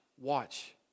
watch